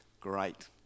great